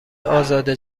ازاده